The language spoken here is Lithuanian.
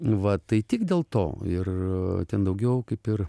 va tai tik dėl to ir ten daugiau kaip ir